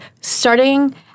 starting